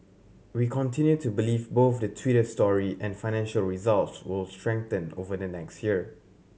we continue to believe both the Twitter story and financial results will strengthen over the next year